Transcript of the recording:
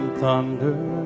thunder